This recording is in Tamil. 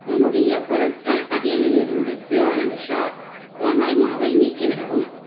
என்னுடைய பொருள்கள் பட்டியலிலிருந்து ப்யூர் அண்ட் ஷுர் தேங்காய் மாவை நீக்கிவிடவும்